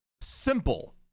simple